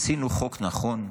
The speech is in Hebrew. עשינו חוק נכון,